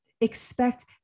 Expect